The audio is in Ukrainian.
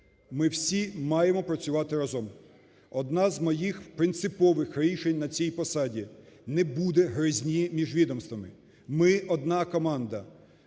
Ми всі маємо працювати разом. Одне з моїх принципових рішень на цій посаді: не буде гризні між відомствами. Ми одна команда: